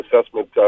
assessment